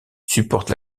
supporte